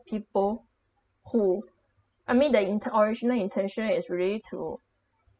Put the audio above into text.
people who I mean the inten~ original intention is really to